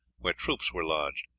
where troops were lodged.